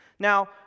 Now